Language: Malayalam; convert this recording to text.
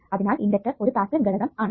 അതിനാൽ ഇണ്ടക്ടർ ഒരു പാസ്സീവ് ഘടകം ആണ്